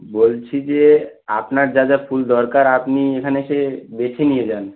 বলছি যে আপনার যা যা ফুল দরকার আপনি এখানে এসে বেছে নিয়ে যান